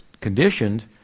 conditioned